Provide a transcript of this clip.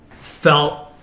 felt